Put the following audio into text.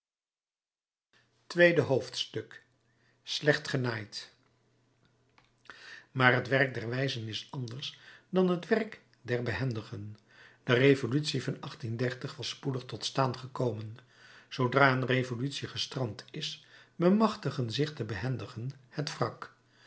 tweede hoofdstuk slecht genaaid maar het werk der wijzen is anders dan het werk der behendigen de revolutie van was spoedig tot staan gekomen zoodra een revolutie gestrand is bemachtigen zich de behendigen het wrak